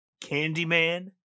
Candyman